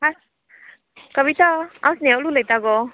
हा कविता हांव स्नेहल उलयतां गो